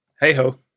Hey-ho